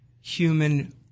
human